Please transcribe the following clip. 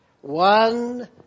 One